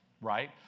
Right